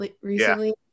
recently